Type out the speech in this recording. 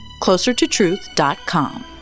closertotruth.com